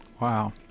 Wow